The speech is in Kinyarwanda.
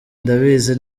ndabizi